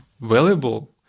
valuable